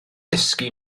dysgu